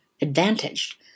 advantaged